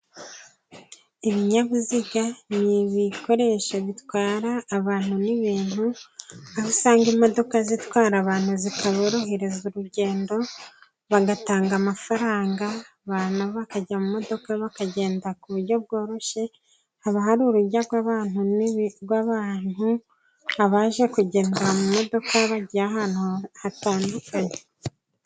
Ibinyabiziga ni ibikoresho bitwara abantu n'ibintu, aho usanga imodoka zitwara abantu zikaborohereza urugendo bagatanga amafaranga, abantu bakajya mu modoka bakagenda ku buryo bworoshye, haba hari urujya rw'abantu, abaje kugenda mu modoka bagiye ahantu hatandukanye.